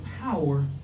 power